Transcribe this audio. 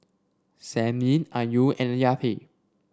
Senin Ayu and Yati